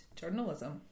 journalism